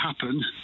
happen